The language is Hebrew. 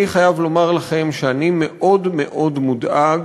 אני חייב לומר לכם שאני מאוד מאוד מודאג